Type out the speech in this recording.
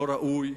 לא ראוי.